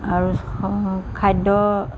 আৰু খাদ্য